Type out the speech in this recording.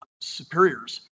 superiors